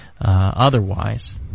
otherwise